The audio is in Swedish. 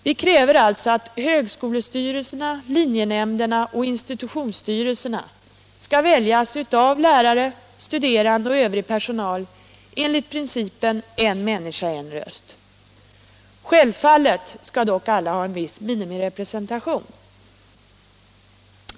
Vi kräver alltså att högskolestyrelserna, linjenämnderna och institutionsstyrelserna skall väljas av lärare, studerande och övrig personal enligt principen en människa en röst. Självfallet skall dock alla ha en viss minimirepresentation.